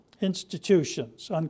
institutions